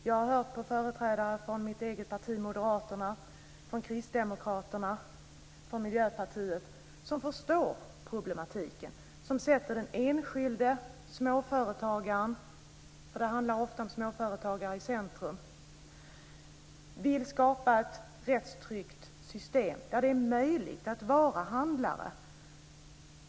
Jag har hört på företrädare från mitt eget parti Moderaterna, från Kristdemokraterna och från Miljöpartiet som förstår problematiken och som sätter den enskilde småföretagaren - det handlar ofta om småföretagare - i centrum och vill skapa ett rättstryggt system där det är möjligt att vara handlare.